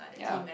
ya